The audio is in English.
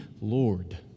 Lord